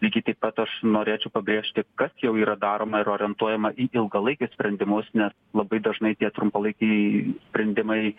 lygiai taip pat aš norėčiau pabrėžti kas jau yra daroma ir orientuojama į ilgalaikius sprendimus nes labai dažnai tie trumpalaikiai sprendimai